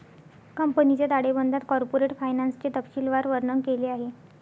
कंपनीच्या ताळेबंदात कॉर्पोरेट फायनान्सचे तपशीलवार वर्णन केले आहे